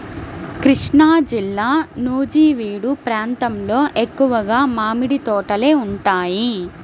కృష్ణాజిల్లా నూజివీడు ప్రాంతంలో ఎక్కువగా మామిడి తోటలే ఉంటాయి